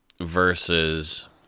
Versus